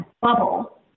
bubble